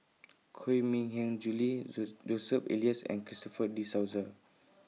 Koh Mui Hiang Julie Jos Joseph Elias and Christopher De Souza